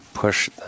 push